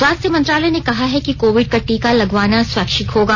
स्वास्थ मंत्रालय ने कहा है कि कोविड का टीका लगवाना स्वैच्छिक होगा